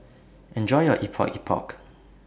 Enjoy your Epok Epok